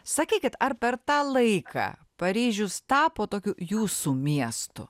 sakykit ar per tą laiką paryžius tapo tokiu jūsų miestu